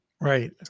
Right